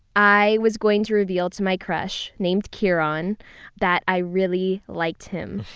i was going to reveal to my crush, named ciaran, that i really liked him.